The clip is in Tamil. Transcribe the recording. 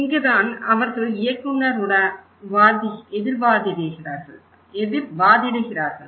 இங்குதான் அவர்கள் இயக்குனருடன் எதிர் வாதிடுகிறார்கள்